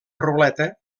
ruleta